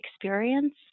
experience